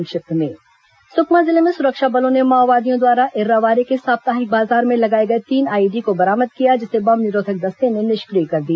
संक्षिप्त समाचार सुकमा जिले में सुरक्षा बलों ने माओवादियों द्वारा एर्रावारे के साप्ताहिक बाजार में लगाए गए तीन आईईडी को बरामद किया जिसे बम निरोधक दस्ते ने निष्क्रिय कर दिया